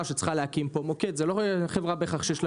שצריכה להקים כאן מוקד - זאת לא בהכרח חברה שיש לה